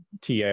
ta